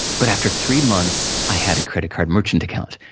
but after three months, i had a credit card merchant account,